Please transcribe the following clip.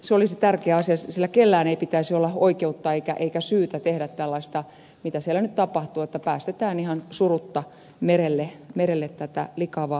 se olisi tärkeä asia sillä kellään ei pitäisi olla oikeutta eikä syytä tehdä tällaista mitä siellä nyt tapahtuu että päästetään ihan surutta merelle tätä likaavaa öljyä